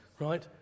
right